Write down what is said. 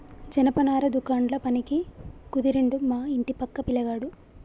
జనపనార దుకాండ్ల పనికి కుదిరిండు మా ఇంటి పక్క పిలగాడు